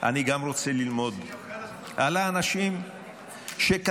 אני גם רוצה ללמוד על האנשים שכתבו,